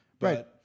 Right